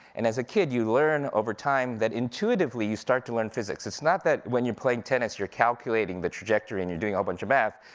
and as a kid, you learn over time, that intuitively, you start to learn physics. it's not that when you're playing tennis, you're calculating the trajectory, and you're doing a whole bunch of math.